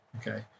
Okay